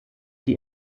die